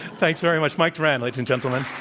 thanks very much. mike doran, ladies and gentlemen.